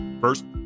first